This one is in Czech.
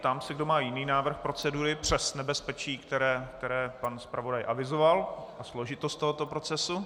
Ptám se, kdo má jiný návrh procedury přes nebezpečí, které pan zpravodaj avizoval, a složitost tohoto procesu.